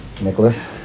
Nicholas